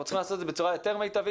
צריכים לעשות את זה בצורה יותר מיטבית,